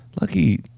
Lucky